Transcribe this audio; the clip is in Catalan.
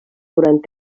durant